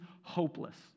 hopeless